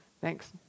Thanks